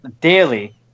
daily